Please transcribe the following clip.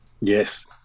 Yes